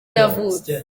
yavutse